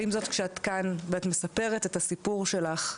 ועם זאת, כשאת כאן, ואת מספרת את הסיפור שלך,